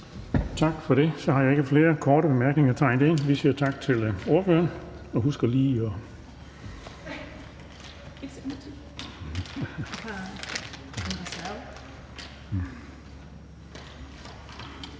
Tak for det. Der er ikke flere korte bemærkninger, så vi siger tak til ordføreren. Og så er det